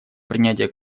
принятие